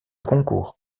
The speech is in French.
concours